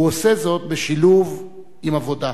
הוא עושה זאת בשילוב עם עבודה.